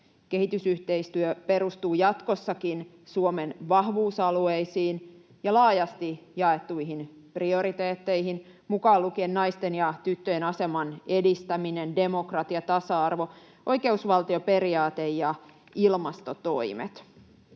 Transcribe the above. Kehitysyhteistyö perustuu jatkossakin Suomen vahvuusalueisiin ja laajasti jaettuihin prioriteetteihin, mukaan lukien naisten ja tyttöjen aseman edistäminen, demokratia, tasa-arvo, oikeusvaltioperiaate ja ilmastotoimet.